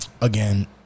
Again